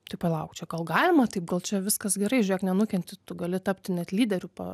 tai palauk čia kol galima taip gal čia viskas gerai žiūrėk nenukenti tu gali tapti net lyderiu pa